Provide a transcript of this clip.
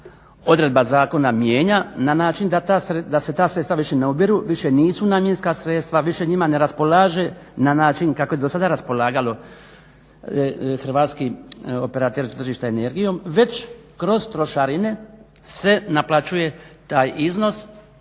odredba zakona mijenja na način da se ta sredstva više ne ubiru, više nisu namjenska sredstva, više njima ne raspolaže na način kako je do sada raspolagalo Hrvatski operater tržišta energijom već kroz trošarine se naplaćuje taj iznos